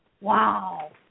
wow